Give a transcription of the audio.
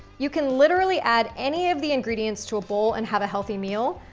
you can literally add any of the ingredients to a bowl and have a healthy meal,